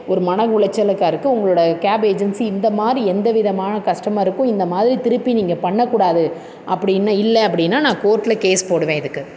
ஒரு மன உளைச்சலுக்கா இருக்குது உங்களோடய கேப் ஏஜென்சி இந்த மாதிரி எந்த விதமான கஸ்டமருக்கும் இந்த மாதிரி திருப்பி நீங்கள் பண்ணக்கூடாது அப்படின்னு இல்லை அப்படின்னா நான் கோர்ட்டில் கேஸ் போடுவேன் இதுக்கு